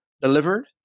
delivered